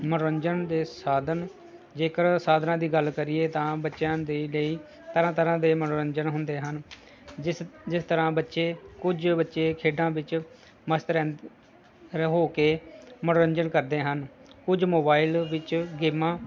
ਮਨੋਰੰਜਨ ਦੇ ਸਾਧਨ ਜੇਕਰ ਸਾਧਨਾਂ ਦੀ ਗੱਲ ਕਰੀਏ ਤਾਂ ਬੱਚਿਆਂ ਦੇ ਲਈ ਤਰ੍ਹਾਂ ਤਰ੍ਹਾਂ ਦੇ ਮਨੋਰੰਜਨ ਹੁੰਦੇ ਹਨ ਜਿਸ ਜਿਸ ਤਰ੍ਹਾਂ ਬੱਚੇ ਕੁਝ ਬੱਚੇ ਖੇਡਾਂ ਵਿੱਚ ਮਸਤ ਰਹਿੰਦ ਰਹਿ ਕੇ ਮਨੋਰੰਜਨ ਕਰਦੇ ਹਨ ਕੁਝ ਮੋਬਾਇਲ ਵਿੱਚ ਗੇਮਾਂ